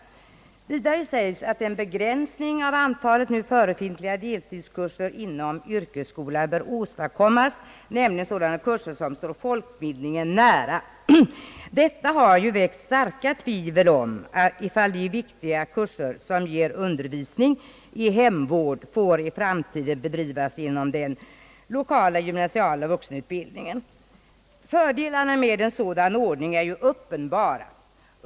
Vidare säges att en begränsning av antalet nu förefintliga deltidskurser inom yrkesskolan bör åstadkommas, nämligen sådana kurser som står folkbildningen nära. Detta har väckt starka tvivel hu ruvida de viktiga kurser som gäller undervisning i hemvård i framtiden får bedrivas inom den lokala gymnasiala vuxenutbildningen. Fördelarna med en sådan ordning är uppenbara.